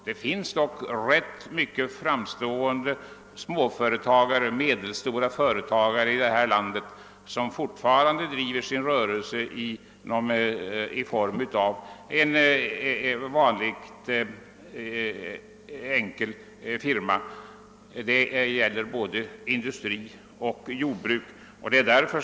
Det finns dock mycket framstående småföretagare och medelstora företagare i detta land, som fortfarande driver sin rörelse i form av en vanlig enkel firma. Det gäller både inom industri och jordbruk.